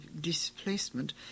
displacement